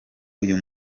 uyu